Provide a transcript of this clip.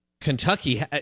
Kentucky